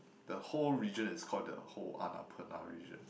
the whole region is call the whole Annapurna region